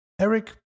eric